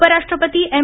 उपराष्ट्रपती एम्